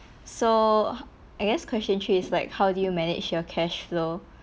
so I guess question three is like how do you manage your cash flow